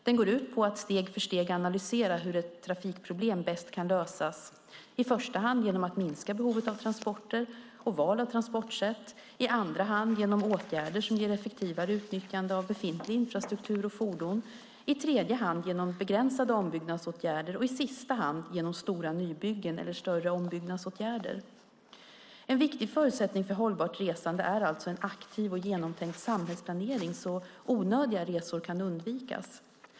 Den går ut på att steg för steg analysera hur ett trafikproblem bäst kan lösas, i första hand genom att minska behovet av transporter och val av transportsätt, i andra hand genom åtgärder som ger effektivare utnyttjande av befintlig infrastruktur och fordon, i tredje hand genom begränsade ombyggnadsåtgärder och i sista hand genom stora nybyggen eller större ombyggnadsåtgärder. En viktig förutsättning för hållbart resande är alltså en aktiv och genomtänkt samhällsplanering så att onödiga resor kan undvikas.